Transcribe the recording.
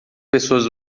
pessoas